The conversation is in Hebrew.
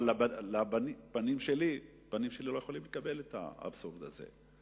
אבל הבנים שלי לא יכולים לקבל את האבסורד הזה?